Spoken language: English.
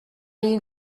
you